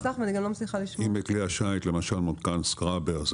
אם בכלי השיט למשל מותקן סקראבר,